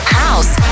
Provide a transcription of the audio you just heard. house